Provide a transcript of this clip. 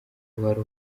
wari